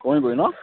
কমিবগৈ ন